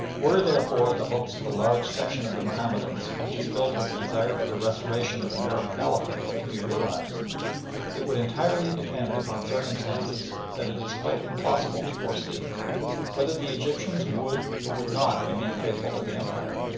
were, therefore, the hopes of the large section of the mahomedans which is filled with the desire for the restoration of an arab caliphate to be realised it would entirely depend upon circumstances that it is quite impossible to foresee whether the egyptians would or would not remain faithful to the empire.